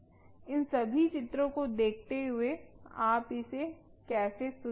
इन सभी चित्रों को देखते हुए आप इसे कैसे सुधारेंगे